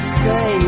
say